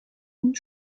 und